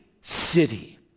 city